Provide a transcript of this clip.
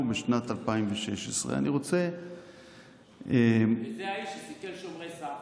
בשנת 2016. וזה האיש שסיכל שומרי סף,